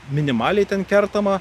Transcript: minimaliai ten kertama